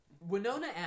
Winona